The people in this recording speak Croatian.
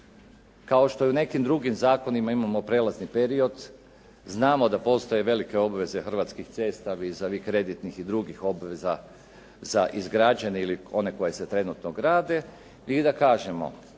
Kao što i u nekim drugim zakonima imamo prelazni period znamo da postoje velike obaveze Hrvatskih cesta vis avis kreditnih i drugih obaveza za izgrađene ili one koje se trenutno grade i da kažemo